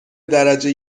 درجه